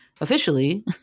officially